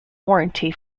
warranty